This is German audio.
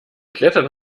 klettern